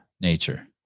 nature